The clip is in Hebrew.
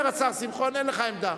אומר השר שמחון, אין לך עמדה.